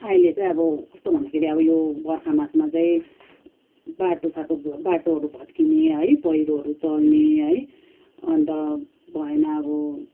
अहिले चाहिँ अब कस्तो भन्दाखेरि अब यो बर्खा मासमा चाहिँ बाटोसाटो बाटोहरू भत्किने है पहिरोहरू चल्ने है अन्त भएन अब